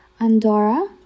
Andorra